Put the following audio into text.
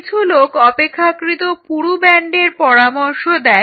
কিছু লোক অপেক্ষাকৃত পুরু ব্যান্ডের পরামর্শ দেয়